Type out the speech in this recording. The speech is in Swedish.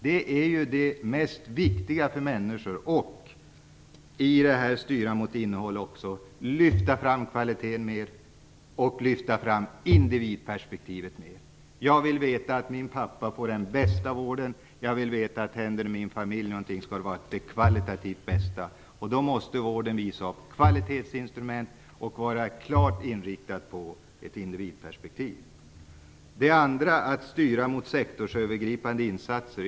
Detta är de viktigaste frågorna för människor. Man måste lyfta fram kvaliteten och individperspektivet mer. Jag vill veta att min pappa får den bästa vården. Om det händer mina familjemedlemmar någonting vill jag veta att de får den kvalitativt bästa vården. Då måste vården visa upp kvalitetsinstrument och vara klart inriktad på ett individperspektiv. Hela debatten i dag går ut på att man skall styra mot sektorsövergripande insatser.